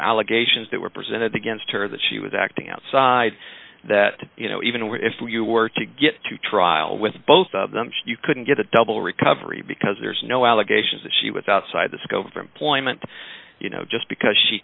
allegations that were presented against her that she was acting outside that you know even if we were to get to trial with both of them you couldn't get a double recovery because there's no allegations that she was outside the scope of employment you know just because she